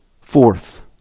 Fourth